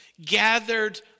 gathered